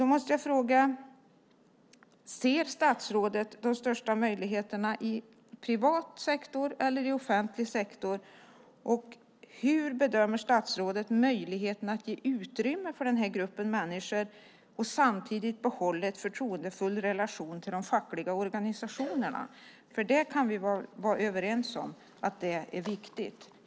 Då måste jag fråga: Ser statsrådet de största möjligheterna i privat sektor eller i offentlig sektor, och hur bedömer statsrådet möjligheterna att ge utrymme för den här gruppen människor och samtidigt behålla en förtroendefull relation till de fackliga organisationerna? Det kan vi väl vara överens om är viktigt.